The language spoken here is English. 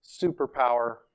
superpower